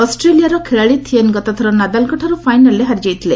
ଅଷ୍ଠିଆର ଖେଳାଳି ଥିଏନ୍ ଗତଥର ନାଦାଲ୍ଙ୍କଠାର୍ ଫାଇନାଲ୍ରେ ହାରିଯାଇଥିଲେ